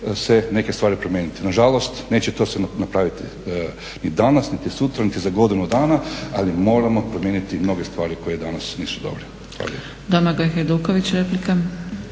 se neke stvari promijeniti. Nažalost neće to se napraviti ni danas niti za sutra niti za godinu dana ali moramo promijeniti mnoge stvari koje danas nisu dobre. Hvala